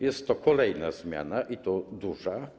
Jest to kolejna zmiana, i to duża.